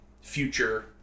future